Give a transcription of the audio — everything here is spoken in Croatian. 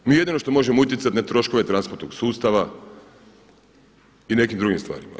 Mi jedino što možemo utjecati na troškove transportnog sustava i nekim drugim stvarima.